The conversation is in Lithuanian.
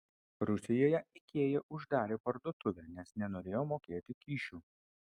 rusijoje ikea uždarė parduotuvę nes nenorėjo mokėti kyšių